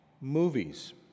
movies